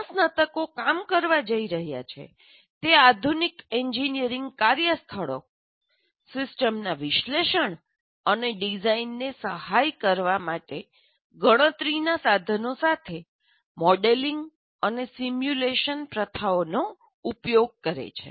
જ્યાં સ્નાતકો કામ કરવા જઇ રહ્યા છે તે આધુનિક એન્જિનિયરિંગ કાર્યસ્થળો સિસ્ટમ્સના વિશ્લેષણ અને ડિઝાઇનને સહાય કરવા માટે ગણતરીના સાધનો સાથે મોડેલિંગ અને સિમ્યુલેશન પ્રથાઓનો ઉપયોગ કરે છે